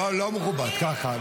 לא, לא מכובד ככה.